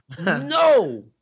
No